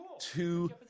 two